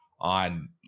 on